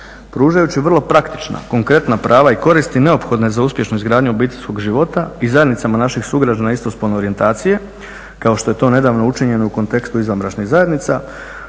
Pružajući vrlo praktična, konkretna prava i koristi neophodne za uspješnu izgradnju obiteljskog života i zajednicama naših sugrađana istospolne orijentacije, kao što je to nedavno učinjeno u kontekstu izvanbračnih zajednica,